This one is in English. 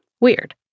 Weird